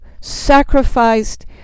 sacrificed